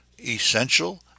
essential